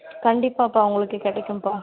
கண்டிப்பாப்பா உங்களுக்கு கிடைக்கும்ப்பா